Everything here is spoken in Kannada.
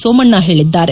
ಸೋಮಣ್ಣ ಹೇಳಿದ್ದಾರೆ